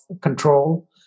control